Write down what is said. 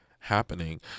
happening